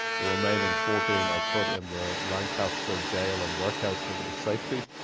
the remaining fourteen are put in the lancaster jail and workhouse for their safety.